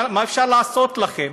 מה אפשר לעשות לכם?